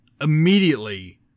immediately